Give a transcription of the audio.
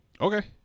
Okay